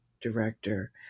director